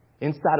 inside